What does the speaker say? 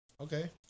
Okay